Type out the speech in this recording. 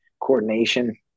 coordination